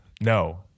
No